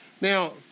Now